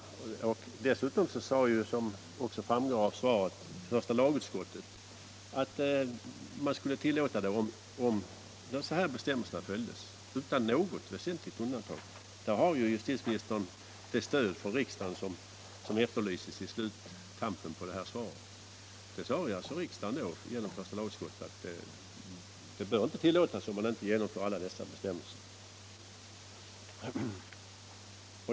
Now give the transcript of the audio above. Och dessutom skrev första lagutskottet då, vilket också framgår av interpellationssvaret, att man kunde tillåta amatörboxning om alla bestämmelser efterföljdes utan något väsentligt undantag. Där har ju justitieministern det stöd av riksdagen som efterlyses i slutet av interpellationssvaret. Riksdagen sade då genom första lagutskottet, att boxning inte bör tillåtas om man inte efterlever alla dessa bestämmelser.